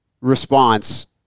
response